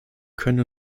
können